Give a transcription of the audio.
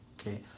Okay